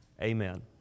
Amen